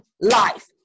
life